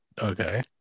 Okay